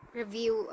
review